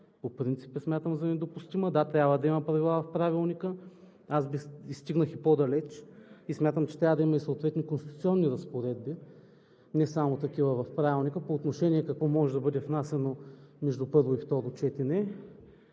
По принцип я смятам за недопустима. Да, трябва да има правила в Правилника. Бих стигнал и по-далеч – смятам, че трябва да има съответни конституционни разпоредби, а не само такива в Правилника, по отношение на това какво може да бъде внасяно между първо и второ четене.